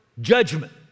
judgment